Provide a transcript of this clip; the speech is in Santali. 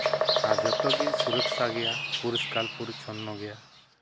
ᱟᱨ ᱡᱚᱛᱚᱜᱮ ᱥᱩᱨᱚᱠᱠᱷᱟ ᱜᱮᱭᱟ ᱯᱚᱨᱤᱥᱠᱟᱨ ᱯᱚᱨᱤᱪᱷᱚᱱᱱᱚ ᱜᱮᱭᱟ